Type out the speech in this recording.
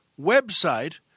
website